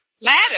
Ladder